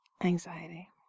anxiety